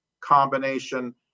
combination